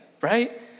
right